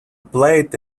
plate